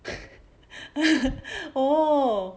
oh